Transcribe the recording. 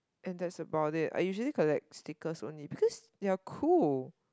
and that's about it I usually collect stickers only because they are cool